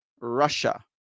Russia